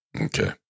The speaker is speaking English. Okay